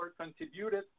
contributed